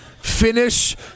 finish